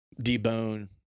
debone